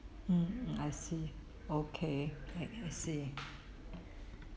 mm I see okay can I see